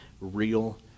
real